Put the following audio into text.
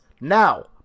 Now